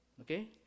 Okay